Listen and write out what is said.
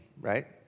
right